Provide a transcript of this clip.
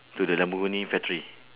to the lamborghini factory